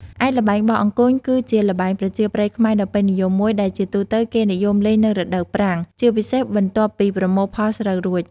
ឯល្បែងបោះអង្គញ់គឺជាល្បែងប្រជាប្រិយខ្មែរដ៏ពេញនិយមមួយ ដែលជាទូទៅគេនិយមលេងនៅរដូវប្រាំង ជាពិសេសបន្ទាប់ពីប្រមូលផលស្រូវរួច ។